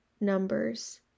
numbers